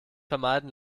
vermeiden